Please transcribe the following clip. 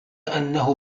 أنه